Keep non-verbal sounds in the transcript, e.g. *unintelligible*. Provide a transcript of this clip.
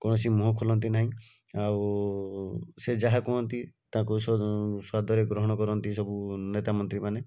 କୌଣସି ମୁହଁ ଖୋଲନ୍ତି ନାଇଁ ଆଉ ସେ ଯାହା କୁହନ୍ତି ତାଙ୍କୁ *unintelligible* ସ୍ଵାଦରେ ଗ୍ରହଣ କରନ୍ତି ସବୁ ନେତା ମନ୍ତ୍ରୀମାନେ